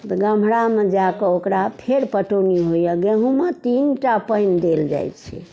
तऽ गम्हरा मे जाकऽ ओकरा फेर पटौनी होइए गेहूँमे तीन टा पानि देल जाइ छै